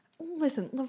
listen